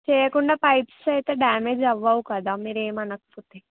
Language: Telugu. చేయకుండా పైప్స్ అయితే డ్యామేజ్ అవ్వవు కదా మీరు ఏమి అనకపోతే